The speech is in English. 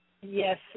Yes